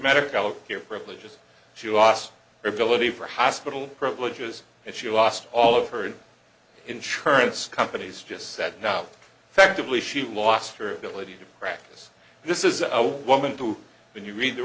medical care privileges she lost her ability for hospital privileges and she lost all of her insurance companies just said now the fact that we she lost her ability to practice this is a woman too when you read the